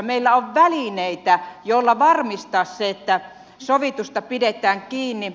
meillä on välineitä joilla varmistaa se että sovitusta pidetään kiinni